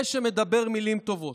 פה שמדבר מילים טובות,